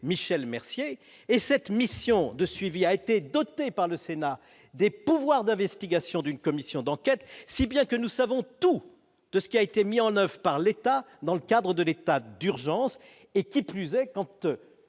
Michel Mercier, et cette mission de suivi a été doté par le Sénat des pouvoirs d'investigation, d'une commission d'enquête, si bien que nous savons tout de ce qui a été mis en 9 par l'État dans le cadre de l'état d'urgence et, qui plus est, quand